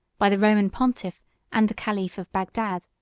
by the roman pontiff and the caliph of bagdad.